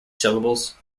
syllables